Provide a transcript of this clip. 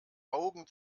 augen